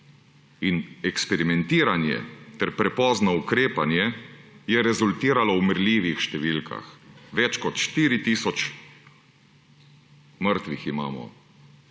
Eksperimentiranje ter prepozno ukrepanje je rezultiralo v merljivih številkah. Več kot 4 tisoč mrtvih imamo.